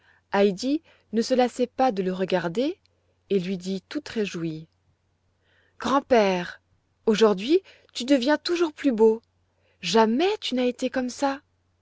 ne se lassait pas de le regarder lui dit toute réjouie grand-père aujourd'hui tu deviens toujours plus beau jamais tu n'as été comme ça